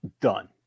done